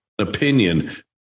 opinion